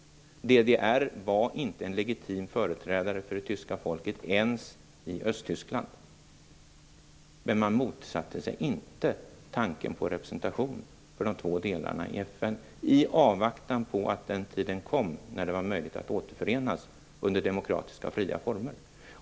DDR var inte en legitim företrädare för det tyska folket ens i Östtyskland, men man motsatte sig inte tanken på representation för landets två delar i FN, i avvaktan på att den tiden kom då det var möjligt att återförenas under demokratiska och fria former.